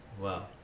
wow